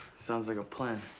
sounds like a plan.